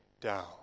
down